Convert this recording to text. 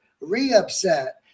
re-upset